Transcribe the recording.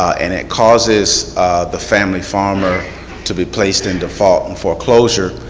and it causes the family farmer to be placed in default and foreclosure,